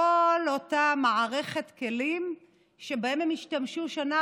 מכל אותה מערכת כלים שבהם הם השתמשו שנה